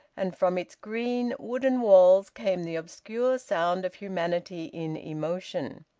and from its green, wooden walls came the obscure sound of humanity in emotion.